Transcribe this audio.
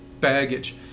baggage